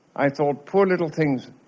i thought, poor little things,